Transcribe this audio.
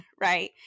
right